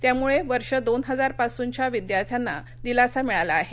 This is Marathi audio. त्यामुळे वर्ष दोन हजारपासूनच्या विद्यार्थ्यांना दिलासा मिळाला आहे